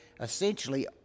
essentially